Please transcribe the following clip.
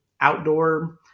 outdoor